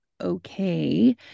okay